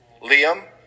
Liam